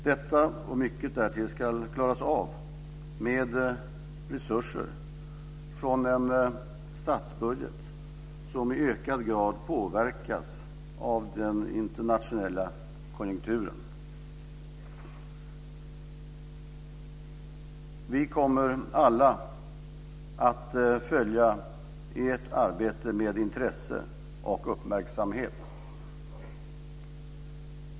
Detta och mycket därtill ska klaras av med resurser från en statsbudget som i ökad grad påverkas av den internationella konjunkturen. Vi kommer alla att följa ert arbete med intresse och uppmärksamhet.